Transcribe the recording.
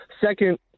Second